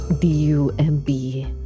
D-U-M-B